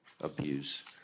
abuse